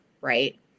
Right